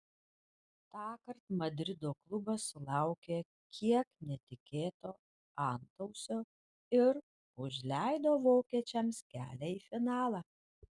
tąkart madrido klubas sulaukė kiek netikėto antausio ir užleido vokiečiams kelią į finalą